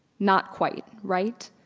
not quite, right?